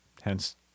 Hence